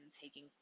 taking